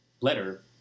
letter